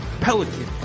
Pelican